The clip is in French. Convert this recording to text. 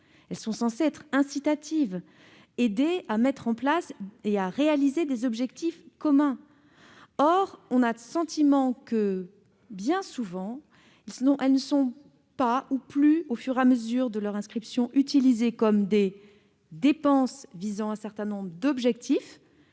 Elles sont censées être incitatives et aider à atteindre des objectifs communs. Or on a le sentiment que, bien souvent, elles ne sont pas, ou plus au fur et à mesure de leur inscription, utilisées comme des dépenses visant un certain nombre d'objectifs,